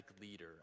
leader